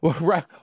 Right